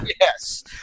Yes